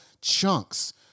chunks